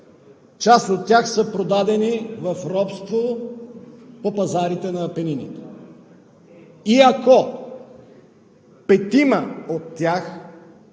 част от тях са продадени в робство по пазарите на Апенините. И ако петима от тях